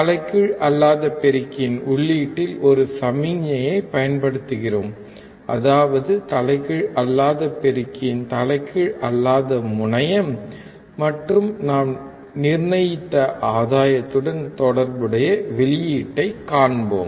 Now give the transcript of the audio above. தலைகீழ் அல்லாத பெருக்கியின் உள்ளீட்டில் ஒரு சமிக்ஞையைப் பயன்படுத்துகிறோம் அதாவது தலைகீழ் அல்லாத பெருக்கியின் தலைகீழ் அல்லாத முனையம் மற்றும் நாம் நிர்ணயித்த ஆதாயத்துடன் தொடர்புடைய வெளியீட்டைக் காண்போம்